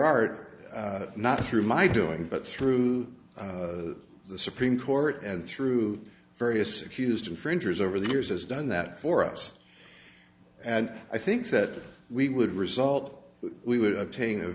art not through my doing but through the supreme court and through various accused infringers over the years has done that for us and i think that we would result we would obtain